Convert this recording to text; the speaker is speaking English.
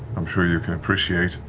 i'm sure you can appreciate.